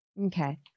Okay